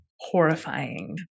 horrifying